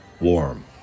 warm